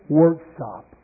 workshop